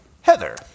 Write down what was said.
Heather